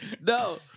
No